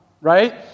Right